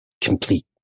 complete